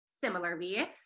Similarly